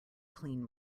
clean